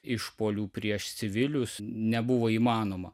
išpuolių prieš civilius nebuvo įmanoma